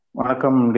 Welcome